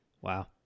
Wow